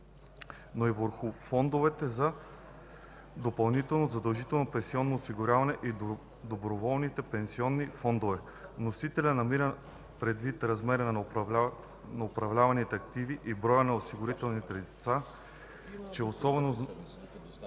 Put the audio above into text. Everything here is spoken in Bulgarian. но и върху фондовете за допълнително задължително пенсионно осигуряване и доброволните пенсионни фондове. Вносителят намира, предвид размера на управляваните активи и броя на осигурените лица, че е от